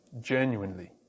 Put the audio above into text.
genuinely